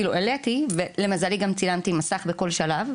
העליתי ולמזלי גם צילמתי מסך בכל שלב,